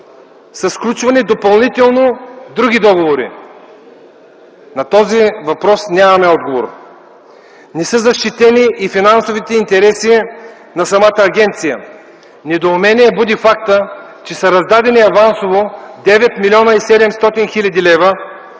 сключвани допълнително други договори?! На този въпрос нямаме отговор. Четвърто, не са защитени и финансовите интереси на самата агенция. Недоумение буди фактът, че са раздадени авансово 9 млн. 700 хил. лв.